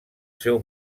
seu